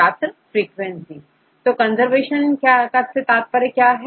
छात्र फ्रीक्वेंसी तो कंजर्वेशन से तात्पर्य क्या है